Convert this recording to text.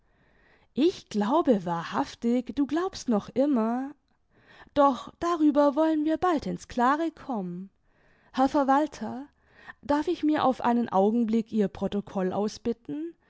ich glaube wahrhaftig du glaubst noch immer doch darüber wollen wir bald in's klare kommen herr verwalter darf ich mir auf einen augenblick ihr protocoll ausbitten